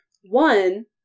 One